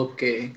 Okay